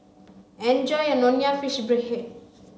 enjoy your nonya fish fried head